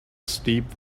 steep